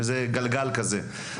וזה גלגל כזה.